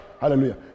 Hallelujah